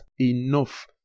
enough